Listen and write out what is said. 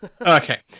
Okay